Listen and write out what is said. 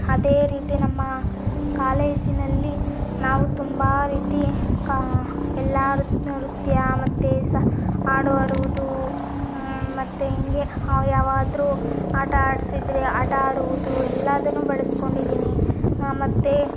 ಅದೇ ರೀತಿ ನಮ್ಮ ಕಾಲೇಜಿನಲ್ಲಿ ನಾವು ತುಂಬ ರೀತಿ ಕಾ ಎಲ್ಲರೂ ನೃತ್ಯ ಮತ್ತು ಸಹ ಹಾಡು ಹಾಡುವುದು ಮತ್ತು ಹೀಗೆ ಯಾವಾದರೂ ಆಟ ಆಡಿಸಿದ್ರೆ ಆಟ ಆಡುವುದು ಎಲ್ಲಾದನ್ನು ಬಲಸ್ಕೊಂಡಿದಿನಿ ಮತ್ತು